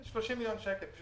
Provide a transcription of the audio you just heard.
30 מיליון שקלים.